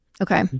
Okay